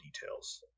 details